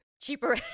Cheaper